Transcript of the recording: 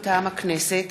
מטעם הכנסת: